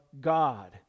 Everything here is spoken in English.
God